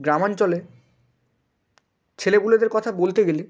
গ্রামাঞ্চলে ছেলেপুলেদের কথা বলতে গেলে